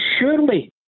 surely